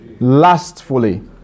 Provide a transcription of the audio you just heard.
lastfully